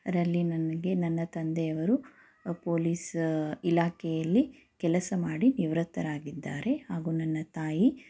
ರಲ್ಲಿ ನನಗೆ ನನ್ನ ತಂದೆಯವರು ಪೊಲೀಸ್ ಇಲಾಖೆಯಲ್ಲಿ ಕೆಲಸ ಮಾಡಿ ನಿವೃತ್ತರಾಗಿದ್ದಾರೆ ಹಾಗೂ ನನ್ನ ತಾಯಿ